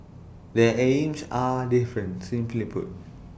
their aims are different simply put